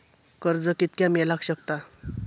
कर्ज कितक्या मेलाक शकता?